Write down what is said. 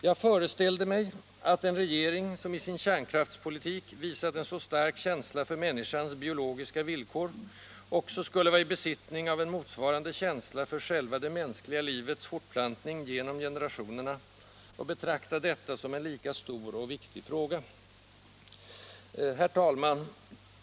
Jag föreställde mig att en regering, som i sin kärnkraftspolitik visat en så stark känsla för människans biologiska villkor, också skulle vara i besittning av en motsvarande känsla för själva det mänskliga livets fortplantning genom generationerna och betrakta detta som en lika stor och lika viktig fråga. Herr talman!